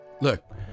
Look